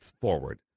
forward